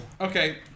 okay